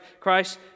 Christ